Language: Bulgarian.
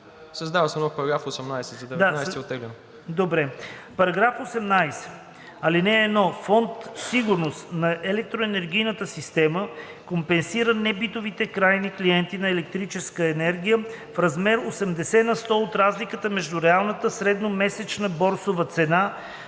Създава се нов параграф със следното съдържание: „§… (1) Фонд „Сигурност на електроенергийната система“ компенсира небитовите крайни клиенти на електрическа енергия в размер 80 на сто от разликата между реалната средномесечна борсова цена